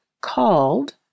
called